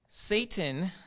Satan